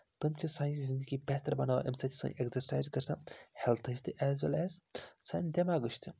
تِم چھِ سانہِ زندگی بہتر بَناوان اَمہِ سۭتۍ چھِ سٲنۍ ایٚکزَرسایز گَژھان ہیلتھٕچ تہِ ایز وٮ۪ل ایز سانہِ دٮ۪ماغٕچ تہِ